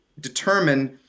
determine